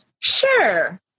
Sure